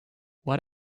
what